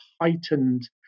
heightened